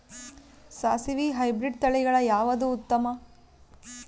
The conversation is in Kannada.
ಸಾಸಿವಿ ಹೈಬ್ರಿಡ್ ತಳಿಗಳ ಯಾವದು ಉತ್ತಮ?